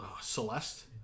Celeste